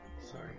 Sorry